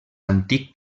antic